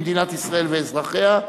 עם מדינת ישראל ואזרחיה,